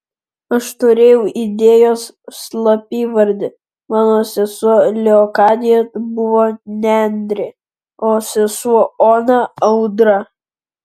aš turėjau idėjos slapyvardį mano sesuo leokadija buvo nendrė o sesuo ona audra